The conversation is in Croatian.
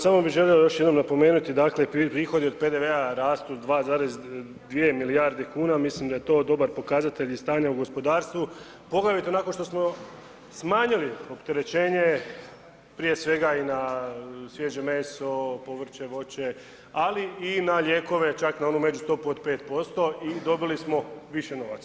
Samo bih još jednom želio napomenuti, dakle prihodi od PDV-a rastu 2,2 milijarde kuna, mislim da je to dobar pokazatelj stanja u gospodarstvo, poglavito nakon što smo smanjili opterećenje prije svega i na svježe meso, povrće, voće, ali i na lijekove čak na onu međustopu od 5% i dobili smo više novaca.